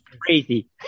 crazy